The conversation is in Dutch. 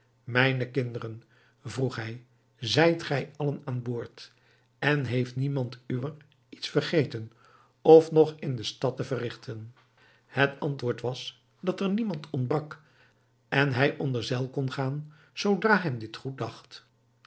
mijne kinderen vroeg hij zijt gij allen aan boord en heeft niemand uwer iets vergeten of nog in de stad te verrigten het antwoord was dat er niemand ontbrak en hij onder zeil kon gaan zoodra hem dit goed dacht